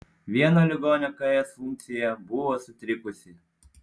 vieno ligonio ks funkcija buvo sutrikusi